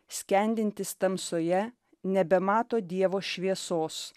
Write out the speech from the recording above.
skendintis tamsoje nebemato dievo šviesos